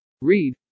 read